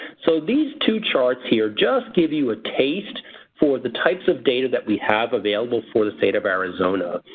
so these two charts here just give you a taste for the types of data that we have available for the state of arizona.